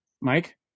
mike